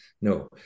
No